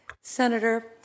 Senator